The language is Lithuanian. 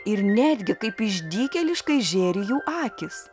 ir netgi kaip išdykėliškai žėri jų akys